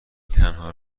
تنها